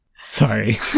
Sorry